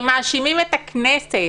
הם מאשימים את הכנסת